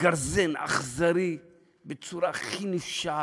גרזן אכזרי בצורה הכי נפשעת,